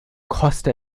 koste